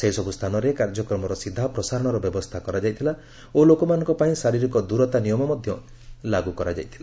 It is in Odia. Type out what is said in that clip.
ସେହିସବୁ ସ୍ଥାନରେ କାର୍ଯ୍ୟକ୍ରମର ସିଧାପ୍ରସାରଣର ବ୍ୟବସ୍ଥା କରାଯାଇଥିଲା ଓ ଲୋକମାନଙ୍କ ପାଇଁ ଶାରୀରିକ ଦୂରତା ନିୟମ ମଧ୍ୟ ଲାଗୁ କରାଯାଇଥିଲା